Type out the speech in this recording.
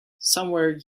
somewhere